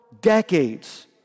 decades